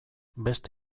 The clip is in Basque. beste